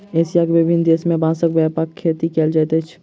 Asia के विभिन्न देश में बांसक व्यापक खेती कयल जाइत अछि